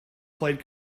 played